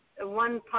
one